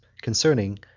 concerning